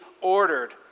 ordered